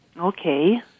Okay